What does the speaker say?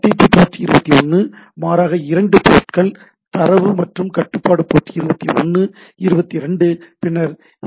B port 21 மாறாக 2 போர்ட்கள் தரவு மற்றும் கட்டுப்பாட்டு போர்ட் 21 22 பின்னர் எச்